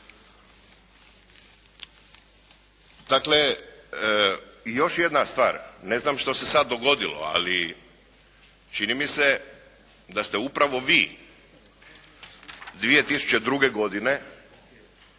Dakle još jedna stvar, ne znam što se sada dogodilo, ali čini mi se da ste upravo vi 2002. godine